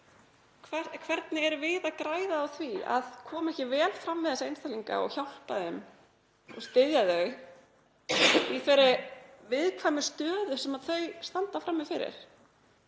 hvernig erum við að græða á því að koma ekki vel fram við þessa einstaklinga og hjálpa þeim og styðja þá í þeirri viðkvæmu stöðu sem þeir standa frammi fyrir?